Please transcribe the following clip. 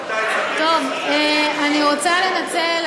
אני רוצה לנצל,